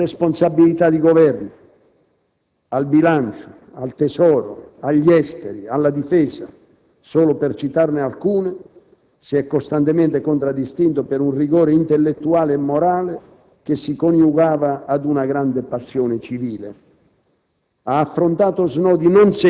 Nell'esercizio delle sue alte responsabilità di Governo al Bilancio, al Tesoro, agli Esteri e alla Difesa - solo per citarne alcune - si è costantemente contraddistinto per un rigore intellettuale e morale che si coniugava a una grande passione civile.